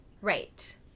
Right